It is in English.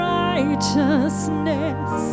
righteousness